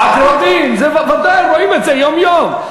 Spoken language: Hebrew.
בעקרבים, ודאי, רואים את זה יום-יום.